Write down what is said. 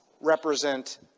represent